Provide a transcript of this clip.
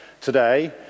today